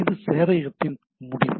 இது சேவையகத்தின் முடிவு